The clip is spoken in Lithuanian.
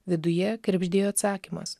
viduje krebždėjo atsakymas